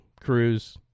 Cruz